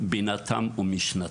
בינתם ומשנתם.